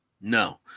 No